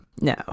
no